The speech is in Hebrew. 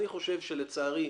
לצערי,